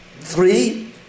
three